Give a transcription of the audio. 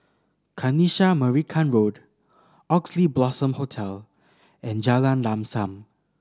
Kanisha Marican Road Oxley Blossom Hotel and Jalan Lam Sam